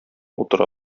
утыра